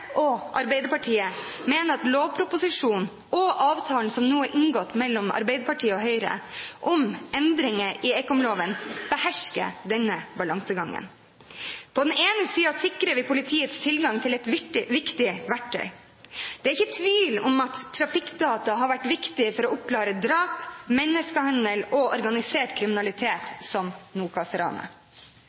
og Arbeiderpartiet, mener at lovproposisjonen og avtalen som nå er inngått mellom Arbeiderpartiet og Høyre om endringer i ekomloven, behersker denne balansegangen. På den ene siden sikrer vi politiets tilgang til et viktig verktøy. Det er ikke tvil om at trafikkdata har vært viktig for å oppklare drap, menneskehandel og organisert kriminalitet, som